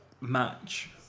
match